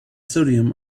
sodium